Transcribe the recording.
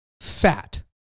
fat